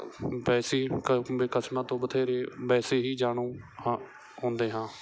ਵੈਸੇ ਕ ਵੀ ਕਿਸਮਾਂ ਤੋਂ ਬਥੇਰੇ ਵੈਸੇ ਹੀ ਜਾਣੂ ਹਾਂ ਹੁੰਦੇ ਹਾਂ